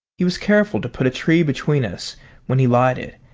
he was careful to put a tree between us when he lighted,